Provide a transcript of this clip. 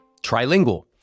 Trilingual